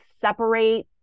separate